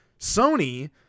sony